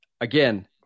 again